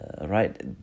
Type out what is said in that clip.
right